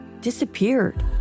disappeared